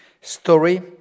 story